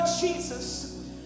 Jesus